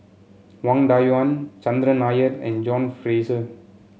Wang Dayuan Chandran Nair and John Fraser